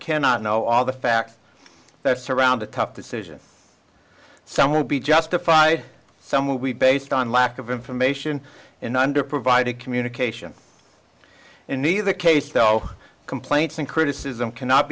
cannot know all the facts that surround a tough decision some will be justified some we based on lack of information in wonder provided communication in either case though complaints and criticism cannot